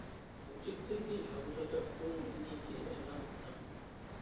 ꯍꯧꯖꯤꯛꯇꯒꯤ ꯍꯧꯔꯒ ꯄꯨꯡ ꯑꯅꯤꯒꯤ ꯑꯦꯂꯥꯝ ꯊꯝꯃꯨ